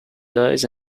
dies